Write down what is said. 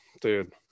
dude